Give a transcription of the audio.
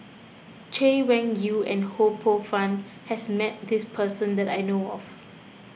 Chay Weng Yew and Ho Poh Fun has met this person that I know of